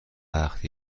وقت